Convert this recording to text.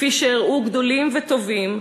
כפי שהראו גדולים וטובים,